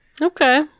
okay